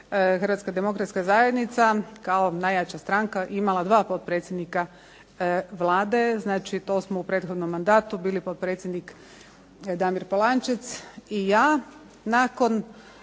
zadnjih izbora 2007. HDZ kao najjača stranka imala 2 potpredsjednika Vlade. Znači to smo u prethodnom mandatu bili potpredsjednik Damir Polančec i ja.